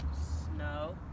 Snow